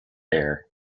air